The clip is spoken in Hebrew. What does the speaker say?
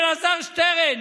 אלעזר שטרן,